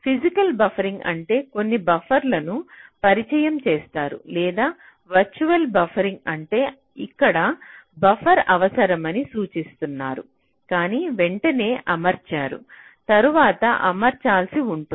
physical buffering అంటే కొన్ని బఫర్లను పరిచయం చేస్తారు లేదా వర్చువల్ బఫరింగ్ అంటే ఇక్కడ బఫర్ అవసరమని సూచిస్తున్నారు కానీ వెంటనే అమర్చారు తరువాత అమర్చాల్సి ఉంటుంది